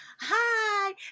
hi